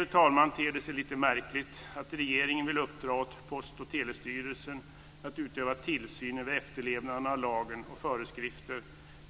Slutligen ter det sig lite märkligt att regeringen vill uppdra åt Post och telestyrelsen att utöva tillsyn över efterlevnaden av lagen och föreskrifter,